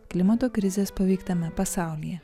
klimato krizės paveiktame pasaulyje